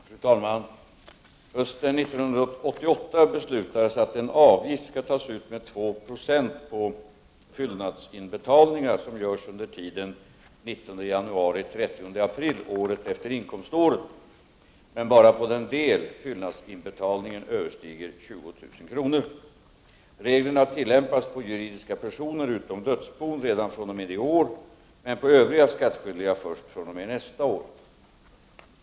Fru talman! Hösten 1988 beslutades att en avgift skall tas ut med 2 70 på fyllnadsinbetalningar som görs under tiden den 19 januari-30 april året efter inkomståret, men endast på den del fyllnadsinbetalningen överstiger 20 000 kr. Reglerna tillämpas på juridiska personer utom dödsbon redan fr.o.m. i år men på övriga skattskyldiga först fr.o.m. nästa år.